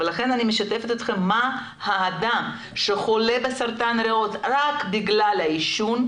לכן אני משתפת אתכם מה האדם שחולה בסרטן ריאות רק בגלל העישון,